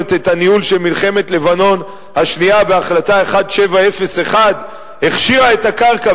את הניהול של מלחמת לבנון השנייה והחלטה 1701 הכשירו את הקרקע